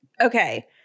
okay